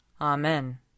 Amen